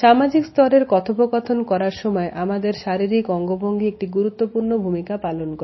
সামাজিক স্তরের কথোপকথন করার সময় আমাদের শারীরিক অঙ্গভঙ্গি একটি গুরুত্বপূর্ণ ভূমিকা পালন করে